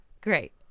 Great